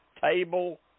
table